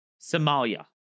Somalia